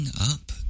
up